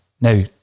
Now